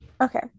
Okay